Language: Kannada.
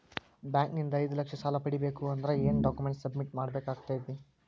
ಬ್ಯಾಂಕ್ ನಿಂದ ಐದು ಲಕ್ಷ ಸಾಲ ಪಡಿಬೇಕು ಅಂದ್ರ ಏನ ಡಾಕ್ಯುಮೆಂಟ್ ಸಬ್ಮಿಟ್ ಮಾಡ ಬೇಕಾಗತೈತಿ?